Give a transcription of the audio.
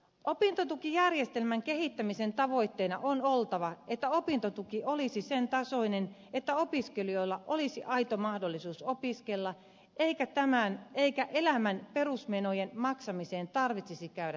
opintotukijärjestelmän kehittämisen tavoitteena on oltava että opintotuki olisi sen tasoinen että opiskelijoilla olisi aito mahdollisuus opiskella eikä elämän perusmenojen maksamista varten tarvitsisi käydä töissä